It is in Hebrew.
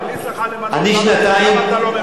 היא צריכה למנות, אתה לא ממנה.